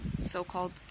so-called